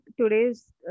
today's